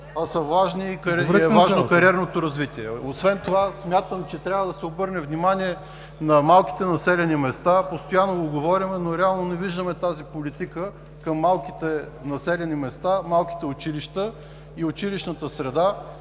са важни, а е важно и кариерното развитие. (Шум и реплики от ГЕРБ.) Смятам, че трябва да се обърне внимание на малките населени места. Постоянно го говорим, но реално не виждаме политиката към малките населени места, малките училища и училищната среда.